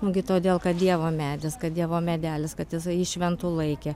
nu gi todėl kad dievo medis kad dievo medelis kad jisai jį šventu laikė